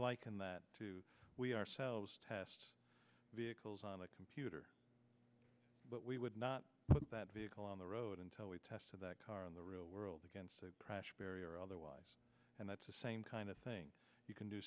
liken that to we ourselves test vehicles on a computer but we would not put that vehicle on the road until we tested that car in the real world against a barrier or otherwise and that's the same kind of thing you can do